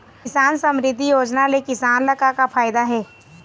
किसान समरिद्धि योजना ले किसान ल का का फायदा हे?